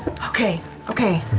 okay, okay,